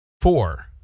four